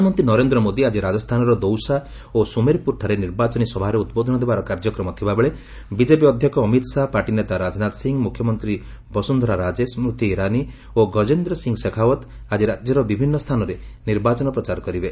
ପ୍ରଧାନମନ୍ତ୍ରୀ ନରେନ୍ଦ୍ର ମୋଦି ଆଜି ରାଜସ୍ଥାନର ଦୌସା ଓ ସ୍ୱମେରପ୍ରରଠାରେ ନିର୍ବାଚନୀ ସଭାରେ ଉଦ୍ବୋଧନ ଦେବାର କାର୍ଯ୍ୟକ୍ରମ ଥିବାବେଳେ ବିଜେପି ଅଧ୍ୟକ୍ଷ ଅମିତ୍ ଶାହା ପାର୍ଟି ନେତା ରାଜନାଥ ସିଂ ମୁଖ୍ୟମନ୍ତ୍ରୀ ବସୁନ୍ଦରା ରାଜେ ସ୍କୃତି ଇରାନୀ ଓ ଗଜେନ୍ଦ୍ର ସିଂ ସେଖାଓତ୍ ଆଜି ରାଜ୍ୟର ବିଭିନ୍ନ ସ୍ଥାନରେ ନିର୍ବାଚନ ପ୍ରଚାର କରିବେ